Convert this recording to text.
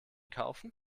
kaufen